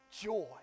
joy